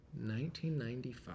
1995